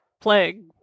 plague